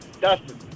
Dustin